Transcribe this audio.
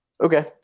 Okay